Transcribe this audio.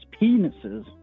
penises